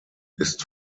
ist